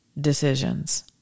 decisions